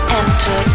enter